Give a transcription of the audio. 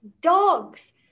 dogs